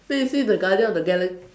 then you see the Guardian of the Gala~